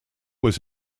was